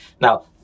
Now